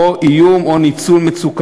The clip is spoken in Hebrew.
או היו איום או ניצול של מצוקתו,